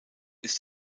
ist